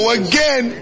again